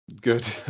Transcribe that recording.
good